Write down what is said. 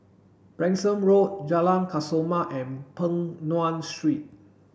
Branksome Road Jalan Kesoma and Peng Nguan Street